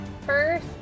first